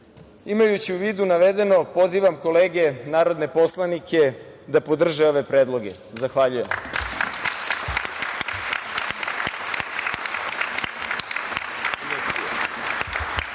Srbije. Imajući u vidu navedeno, pozivam kolege narodne poslanike da podrže ove predloge. Zahvaljujem.